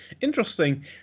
interesting